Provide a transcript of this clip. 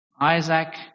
Isaac